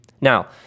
Now